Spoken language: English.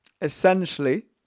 Essentially